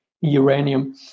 uranium